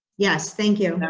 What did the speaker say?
yes. thank you.